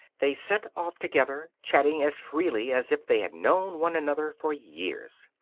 they set off together, chatting as freely as if they had known one another for years.